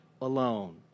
alone